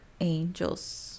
angels